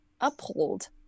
uphold